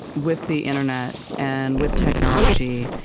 with the internet and with technology,